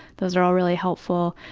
those are all really helpful.